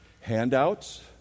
handouts